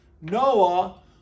Noah